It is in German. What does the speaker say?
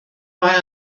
war